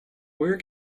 where